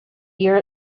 year